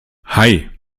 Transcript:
hei